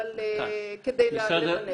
אבל כדי --- תודה.